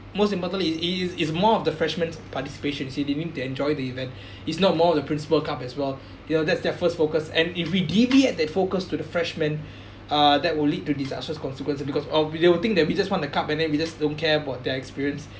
most importantly it's it's it's more of the freshman's participation see they need to enjoy the event it's not more of the principal cup as well you know that's their first focused and if we give in at that focus to the freshmen uh that will lead to disastrous consequences because oh they will think that we just want the cup and then we just don't care about their experience